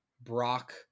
Brock